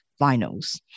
vinyls